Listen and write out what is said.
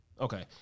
Okay